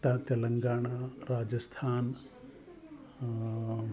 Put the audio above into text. त तेलङ्गाणा राजस्थान्